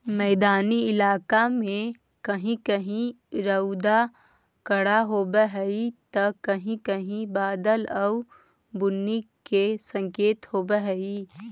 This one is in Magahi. मैदानी इलाका में कहीं कहीं रउदा कड़ा होब हई त कहीं कहीं बादल आउ बुन्नी के संकेत होब हई